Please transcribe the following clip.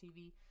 TV